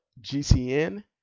GCN